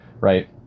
right